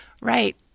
right